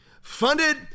funded